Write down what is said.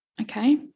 Okay